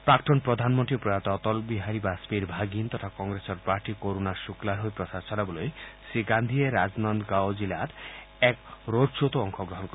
প্ৰাক্তন প্ৰধানমন্নী প্ৰয়াত অটল বিহাৰী বাজপেয়ীৰ ভাগিন তথা কংগ্ৰেছৰ প্ৰাৰ্থী কৰুণা শুদ্ধাৰ হৈ প্ৰচাৰ অভিযান চলাবলৈ শ্ৰীগান্ধীয়ে ৰাজনন্দগাঁও জিলাত এক ৰোডখ্বত অংশগ্ৰহণ কৰিব